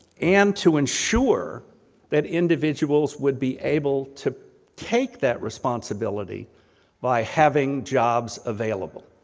and to ensure that individuals would be able to take that responsibility by having jobs available.